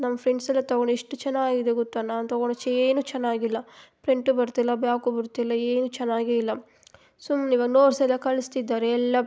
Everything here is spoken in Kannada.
ನಮ್ಮ ಫ್ರೆಂಡ್ಸ್ ಎಲ್ಲ ತಗೊಂಡು ಎಷ್ಟು ಚೆನ್ನಾಗಿದೆ ಗೊತ್ತಾ ನಾನು ತಗೊಂಡಿದ್ದು ಚೇನು ಚೆನ್ನಾಗಿಲ್ಲ ಪ್ರಂಟು ಬರ್ತಿಲ್ಲ ಬ್ಯಾಕು ಬರ್ತಿಲ್ಲ ಏನು ಚೆನ್ನಾಗೇ ಇಲ್ಲ ಸುಮ್ನೆ ಇವಾಗ ನೋಟ್ಸ್ ಎಲ್ಲ ಕಳಿಸ್ತಿದ್ದಾರೆ ಎಲ್ಲ